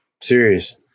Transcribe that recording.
Serious